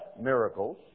miracles